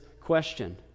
question